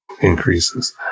increases